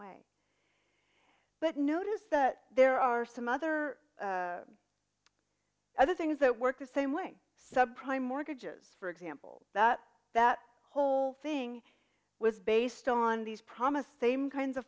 way but notice that there are some other other things that work the same way subprime mortgages for example that that whole thing was based on these promised same kinds of